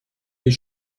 his